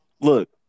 Look